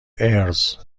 اِرز